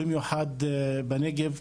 במיוחד בנגב.